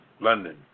London